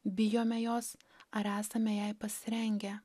bijome jos ar esame jai pasirengę